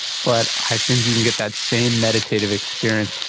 but i think you can get that same meditative experience,